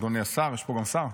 אדוני השר, יש פה גם שר.